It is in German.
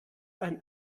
ein